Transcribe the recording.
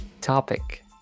topic